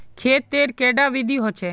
खेत तेर कैडा विधि होचे?